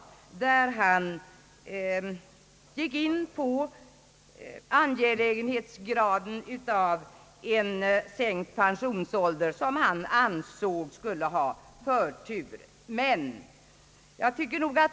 Han gick där in på angelägenhetsgraden av en sänkt pensionsålder, som han ansåg skulle ha förtur.